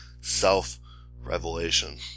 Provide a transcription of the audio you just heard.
self-revelation